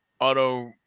auto